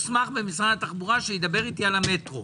התחבורה שידבר איתי על המטרו.